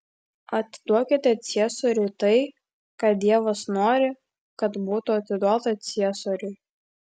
atiduokite ciesoriui tai ką dievas nori kad būtų atiduota ciesoriui